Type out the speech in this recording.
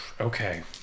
Okay